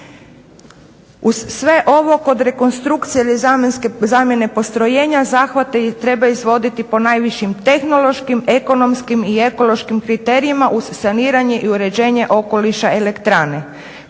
Uz sve ovo kod rekonstrukcije ili zamjene postrojenja zahvate treba izvoditi po najvišim tehnološkim, ekonomskim i ekološkim kriterijima uz saniranje i uređenje okoliša elektrane,